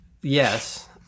yes